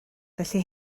felly